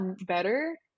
better